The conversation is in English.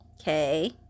okay